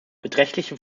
beträchtliche